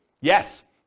Yes